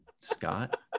Scott